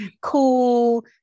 cool